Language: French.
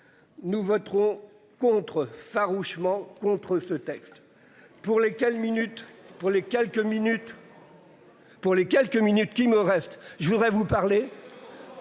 Nous voterons contre. Farouchement contre ce texte. Pour les cales minutes pour les quelques minutes. Pour les quelques minutes qui me restent, je voudrais vous parler.